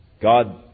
God